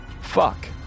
fuck